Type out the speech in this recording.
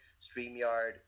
StreamYard